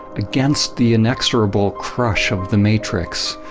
against the inexorable crush of the matrix,